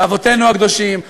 באבותינו הקדושים,